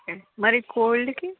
okay మరి కోల్డ్కి